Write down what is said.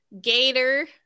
gator